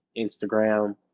Instagram